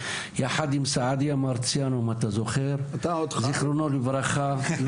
יחד עם סעדיה מרציאנו זכרונו לברכה.